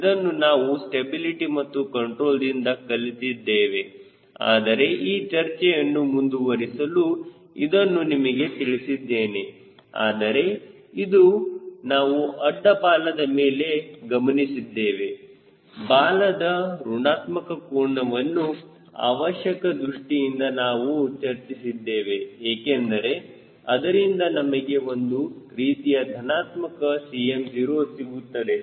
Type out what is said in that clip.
ಇದನ್ನು ನಾವು ಸ್ಟೆಬಿಲಿಟಿ ಮತ್ತು ಕಂಟ್ರೋಲ್ದಿಂದ ಕಲಿತಿದ್ದೇವೆ ಆದರೆ ಈ ಚರ್ಚೆಯನ್ನು ಮುಂದುವರಿಸಲು ಇದನ್ನು ನಿಮಗೆ ತಿಳಿಸಿದ್ದೇನೆ ಆದರೆ ಇಂದು ನಾವು ಅಡ್ಡ ಬಾಲದ ಮೇಲೆ ಗಮನಿಸಿದ್ದೇವೆ ಬಾಲದ ಋಣಾತ್ಮಕ ಕೋನವನ್ನು ಅವಶ್ಯಕ ದೃಷ್ಟಿಯಿಂದ ನಾವು ಚರ್ಚಿಸಿದ್ದೇವೆ ಏಕೆಂದರೆ ಅದರಿಂದ ನಮಗೆ ಒಂದು ರೀತಿಯ ಧನಾತ್ಮಕ Cm0 ಸಿಗುತ್ತದೆ